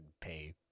pay